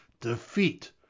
defeat